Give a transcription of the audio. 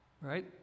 right